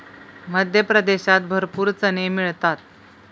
मध्य प्रदेशात भरपूर चणे मिळतात